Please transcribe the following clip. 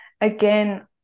again